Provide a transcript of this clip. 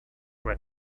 read